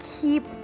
keep